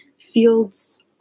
fields